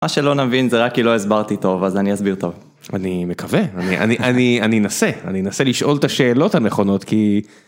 מה שלא נבין, זה רק כי לא הסברתי טוב, אז אני אסביר טוב. אני מקווה, אני אני אני... אני אנסה. אני אנסה לשאול את השאלות הנכונות, כי...